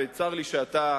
וצר לי שאתה,